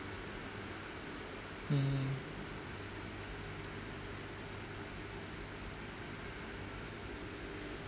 hmm